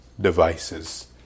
devices